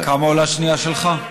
כמה עולה שנייה שלך?